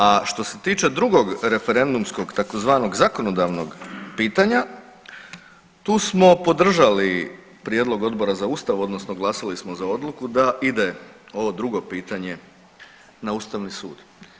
A što se tiče drugog referendumskog, tzv. zakonodavnog pitanja tu smo podržali Prijedlog Odbora za Ustav, odnosno glasali smo za odluku da ide ovo drugo pitanja na Ustavni sud.